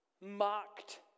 mocked